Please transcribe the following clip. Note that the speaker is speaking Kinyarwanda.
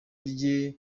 rye